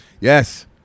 Yes